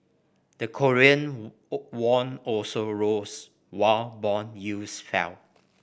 the Korean won also rose while bond yields fell